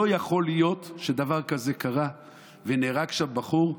לא יכול להיות שדבר כזה קרה ונהרג שם בחור,